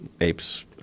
apes